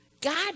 God